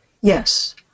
Yes